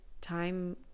time